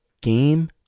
Game